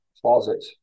closet